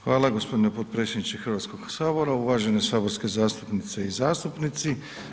Hvala g. potpredsjedniče Hrvatskog sabora, uvažene saborske zastupnice i zastupnici.